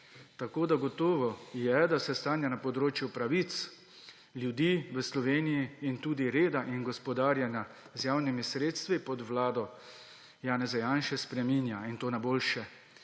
rezultat. Gotovo je, da se stanje na področju pravic ljudi v Sloveniji in tudi reda in gospodarjenja z javnimi sredstvi pod vlado Janeza Janše spreminja, in to na boljše.